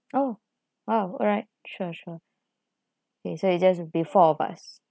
oh oh alright sure sure okay so it just be four of us